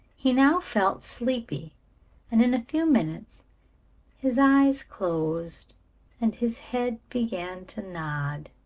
he now felt sleepy and in a few minutes his eyes closed and his head began to nod.